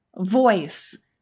voice